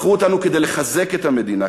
בחרו אותנו כדי לחזק את המדינה,